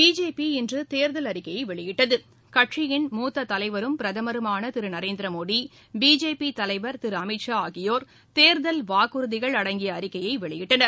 BJP இன்று தேர்தல் அறிக்கையை வெளியிட்டது கட்சியின் மூத்த தலைவரும் பிரதமருமான திரு நரேந்திர மோடி பிஜேபி தலைவர் திரு அமித் ஷா ஆகியோர் தேர்தல் வாக்குறுதிகள் அடங்கிய அறிக்கையை வெளியிட்டனர்